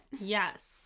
Yes